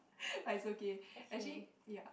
but it's okay actually ya